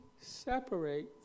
separate